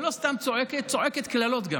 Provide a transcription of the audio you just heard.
ולא סתם צועקת, צועקת גם קללות.